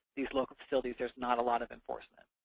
these local facilities, there's not a lot of enforcement.